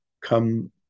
come